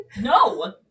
No